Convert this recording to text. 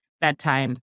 Bedtime